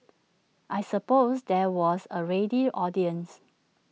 I suppose there was A ready audience